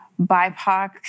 BIPOC